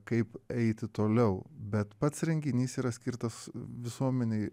kaip eiti toliau bet pats renginys yra skirtas visuomenei